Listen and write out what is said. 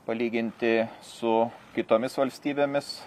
palyginti su kitomis valstybėmis